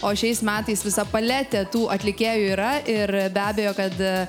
o šiais metais visą paletę tų atlikėjų yra ir be abejo kad